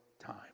time